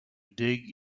dig